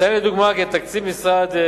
אציין לדוגמה כי את תקציב משטרת